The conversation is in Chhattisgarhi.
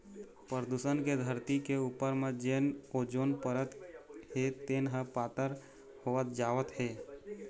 परदूसन के धरती के उपर म जेन ओजोन परत हे तेन ह पातर होवत जावत हे